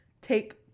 take